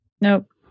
nope